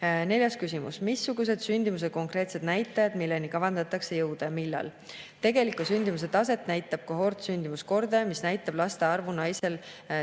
Neljas küsimus: "Missugused on sündimuse konkreetsed näitajad, milleni kavatsetakse jõuda? Millal?" Tegelikku sündimuse taset näitab kohortsündimuskordaja, mis näitab laste arvu naisel